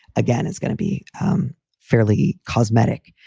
again, is going to be fairly cosmetic,